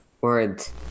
words